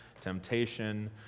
temptation